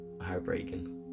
heartbreaking